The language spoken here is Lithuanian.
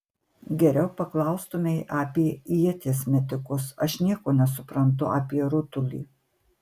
geriau paklaustumei apie ieties metikus aš nieko nesuprantu apie rutulį